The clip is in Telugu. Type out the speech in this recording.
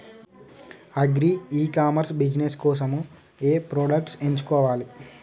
అగ్రి ఇ కామర్స్ బిజినెస్ కోసము ఏ ప్రొడక్ట్స్ ఎంచుకోవాలి?